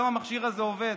והיום המכשיר הזה עובד.